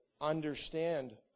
understand